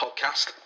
podcast